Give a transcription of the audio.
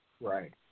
Right